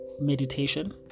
meditation